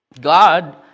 God